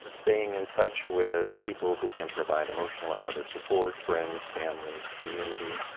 staying in touch with people who can provide emotional and other support, friends, families, community,